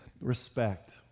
respect